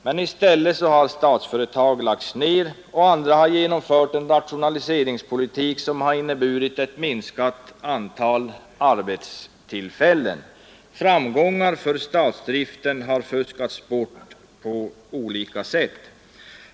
Men i stället har statliga företag lagts ned och i andra har förts en rationaliseringspolitik som har medfört ett minskat antal arbetstillfällen. Framgångar för statsdriften har fuskats bort på olika sätt.